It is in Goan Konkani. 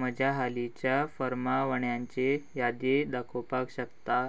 म्हज्या हालींच्या फर्मा वण्यांची यादी दाखोवपाक शकता